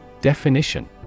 Definition